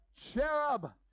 Cherub